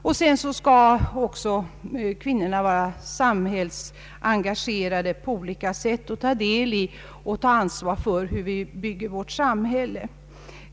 Dessutom skall kvinnorna vara samhällsengagerade på olika sätt, ta del i och ansvara för hur vi bygger vårt samhälle.